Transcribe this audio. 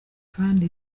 kandi